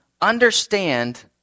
understand